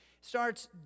starts